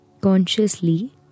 consciously